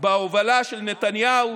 בהובלה של נתניהו